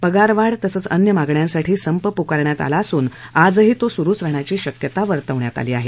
पगारवाढ तसं अन्य माग्ण्यांसाठी संप पुकारण्यात आला असून आजही तो सुरुच राहण्याची शक्यता वर्तवण्यात आली आहे